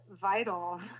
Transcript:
vital